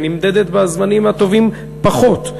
היא נמדדת בזמנים הטובים פחות,